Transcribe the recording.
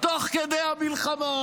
תוך כדי המלחמה.